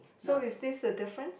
so is this a difference